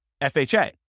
FHA